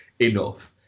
enough